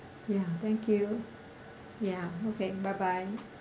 ya thank you ya okay bye bye